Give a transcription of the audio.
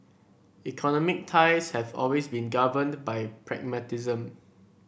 economic ties have always been governed by pragmatism